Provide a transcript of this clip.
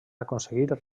aconseguir